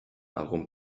algun